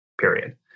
period